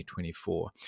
2024